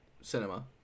cinema